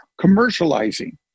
commercializing